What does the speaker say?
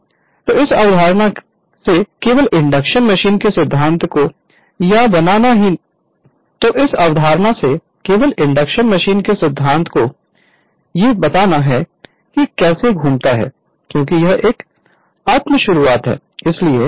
तो इस अवधारणा से केवल इंडक्शन मशीन के सिद्धांत को यह बताना है कि यह कैसे घूमता है क्योंकि यह एक आत्म शुरुआत है इसलिए हम उस पर आएंगे